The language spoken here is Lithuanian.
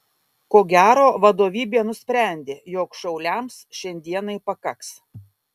ko gero vadovybė nusprendė jog šauliams šiandienai pakaks